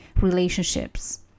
relationships